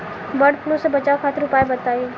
वड फ्लू से बचाव खातिर उपाय बताई?